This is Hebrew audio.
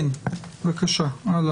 הלאה.